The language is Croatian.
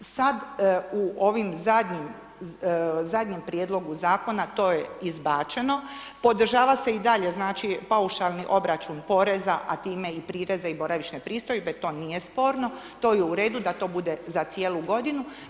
Sad u ovim zadnjim, zadnjem prijedlogu zakona to je izbačeno, podržava se i dalje znači paušalni obračun poreza, a time i prireza i boravišne pristojbe, to nije sporno, to je u redu da to bude za cijelu godinu.